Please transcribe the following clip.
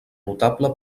notable